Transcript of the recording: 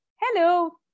Hello